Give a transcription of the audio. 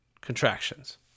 contractions